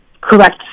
Correct